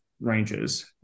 ranges